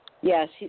Yes